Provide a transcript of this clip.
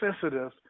sensitive